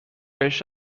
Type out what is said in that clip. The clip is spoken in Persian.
بهش